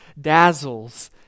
dazzles